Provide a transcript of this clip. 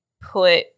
put